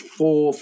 four